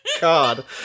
God